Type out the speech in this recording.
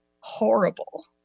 horrible